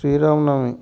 Sri Rama Navami